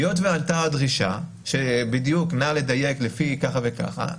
היות ועלתה הדרישה לדייק לפי ככה וככה,